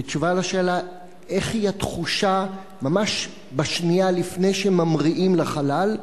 בתשובה על שאלה איך התחושה ממש בשנייה לפני שממריאים לחלל,